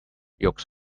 yolks